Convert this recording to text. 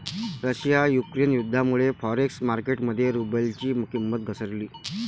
Russia Ukraine युद्धामुळे forex market मध्ये रुबलची किंमत घसरली